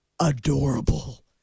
adorable